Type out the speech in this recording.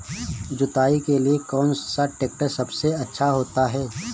जुताई के लिए कौन सा ट्रैक्टर सबसे अच्छा होता है?